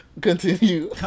Continue